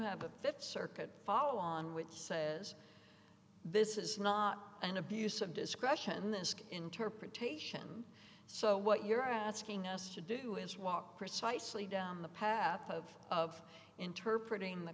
have a th circuit follow on which says this is not an abuse of discretion interpretation so what you're asking us to do is walk precisely down the path of of interpretating the